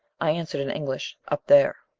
i answered in english, up there.